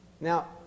Now